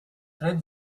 très